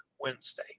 Wednesday